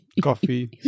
Coffee